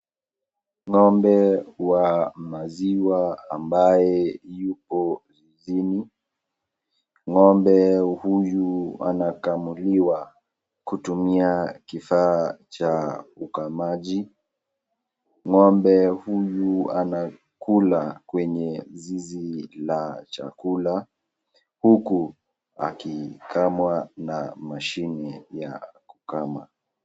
Ng'ombe wa maziwa ambaye yupo zizini. Ng'ombe huyu anakamuliwa kutumia kifaa cha ukamaji. Ng'ombe huyu anakula kwenye zizi la chakula huku akikamwa na mashini ya kukama.